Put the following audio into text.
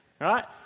Right